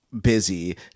busy